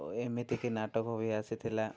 ଓ ଏମିତିକି ନାଟକ ବି ଆସିଥିଲା